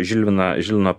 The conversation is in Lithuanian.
žilviną žilviną